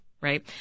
right